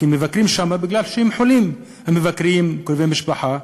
מבקרים שם בגלל שהם חולים, מבקרים קרובי משפחה.